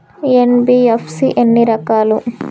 NBFC ఎన్ని రకాలు?